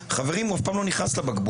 חברים הוא אף פעם לא נכנס לבקבוק,